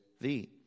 thee